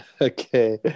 Okay